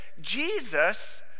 Jesus